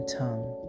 tongue